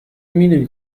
میدونی